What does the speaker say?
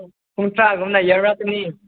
ꯄꯨꯡ ꯇꯔꯥꯒꯨꯝꯕꯗ ꯌꯧꯔꯛꯀꯅꯤ